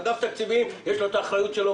לאגף התקציבים יש את האחריות שלו,